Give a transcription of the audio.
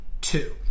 two